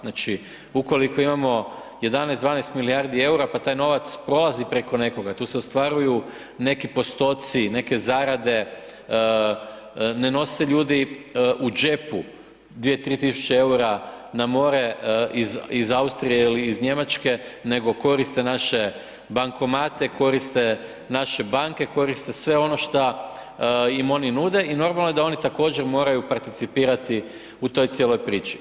Znači, ukoliko imamo 11, 12 milijardi EUR-a, pa taj novac prolazi preko nekoga, tu se ostvaruju neki postoci, neke zarade, ne nose ljudi u džepu 2-3.000,00 EUR-a na more iz Austrije ili iz Njemačke, nego koriste naše bankomate, koriste naše banke, koriste sve ono šta im oni nude i normalno je da oni također moraju participirati u toj cijeloj priči.